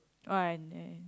oh I